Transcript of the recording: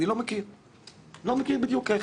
אני לא מכיר בדיוק איך,